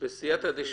בסיעתא דשמיא.